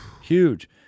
huge